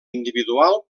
individual